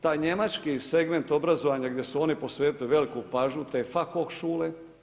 Taj njemački segment obrazovanja gdje su oni posvetili veliku pažnju te fachhochschule.